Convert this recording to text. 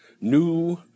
new